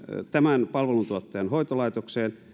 tämän palveluntuottajan hoitolaitokseen